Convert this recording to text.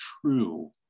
true